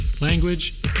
language